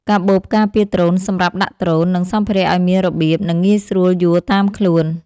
កាបូបការពារដ្រូន សម្រាប់ដាក់ដ្រូន និងសម្ភារៈឱ្យមានរបៀប និងងាយស្រួលយួរតាមខ្លួន។